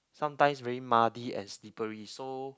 sometimes very muddy and slippery so